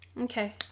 Okay